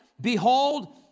behold